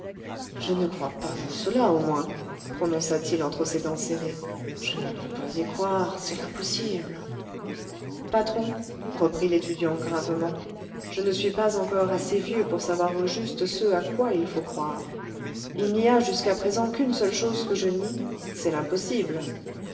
je ne crois pas à cela au moins prononça-t-il entre ses dents serrées je ne veux pas y croire c'est l'impossible patron répondit l'étudiant gravement je ne suis pas encore assez vieux pour savoir au juste ce à quoi il faut croire il n'y a jusqu'à présent qu'une seule chose que je nie c'est l'impossible